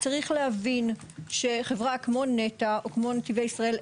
צריך להבין שחברה כמו נת"ע או כמו נתיבי ישראל,